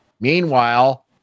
Meanwhile